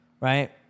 right